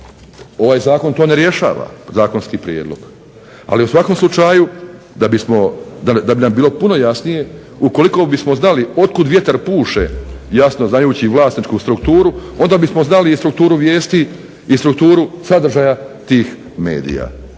ovaj zakon to ne rješava, zakonski prijedlog, ali u svakom slučaju da bismo, da bi nam bilo puno jasnije ukoliko bismo znali otkud vjetar puše jasno znajući vlasničku strukturu onda bismo znali i strukturu vijesti i strukturu sadržaja tih medija.